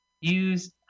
Use